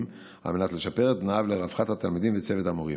על מנת לשפר את תנאיו לרווחת התלמידים וצוות המורים.